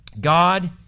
God